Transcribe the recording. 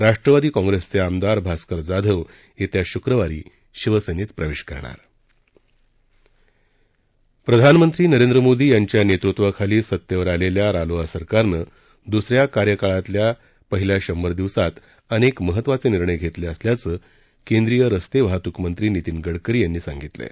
राष्ट्रवादीचे आमदार भास्कर जाधव येत्या श्क्रवारी शिवसेनेत प्रवेश करणार प्रधानमंत्री नरेंद्र मोदी यांच्या नेतृत्वाखाली सत्तेवर आलेल्या रालोआ सरकारनं दुसऱ्या कार्यकाळातल्या पहिल्या शंभर दिवसात अनेक महत्वाचे निर्णय घेतले असल्याचं केंद्रीय रस्ते वाहत्रकमंत्री नीतीन गडकरी यांनी सांगितलं आहे